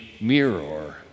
mirror